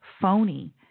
phony